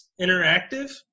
Interactive